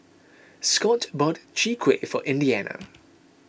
Scot bought Chwee Kueh for Indiana